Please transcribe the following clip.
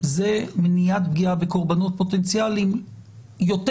זה מניעת פגיעה בקורבנות פוטנציאליים יותר,